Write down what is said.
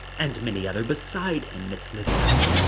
and many others beside him, miss lydia.